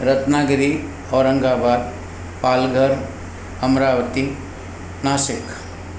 Ratnagiri Aurangabad Palghar Amravati Nashik